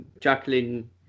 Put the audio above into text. Jacqueline